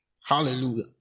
Hallelujah